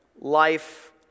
life